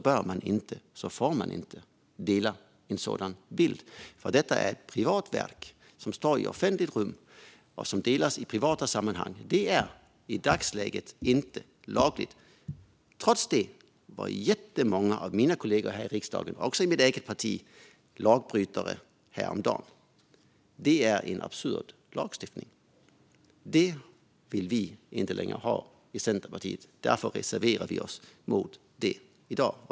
Att i privata sammanhang dela digitala bilder av ett privat verk som står i ett offentligt rum är alltså inte lagligt i dagsläget. Trots det var jättemånga av mina kollegor här i riksdagen, också i mitt eget parti, lagbrytare häromdagen. Det är en absurd lagstiftning. Det vill vi i Centerpartiet inte längre ha, och därför reserverar vi oss emot det i dag.